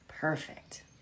Perfect